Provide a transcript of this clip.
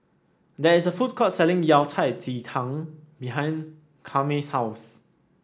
there is a food court selling Yao Cai Ji Tang behind Kwame's house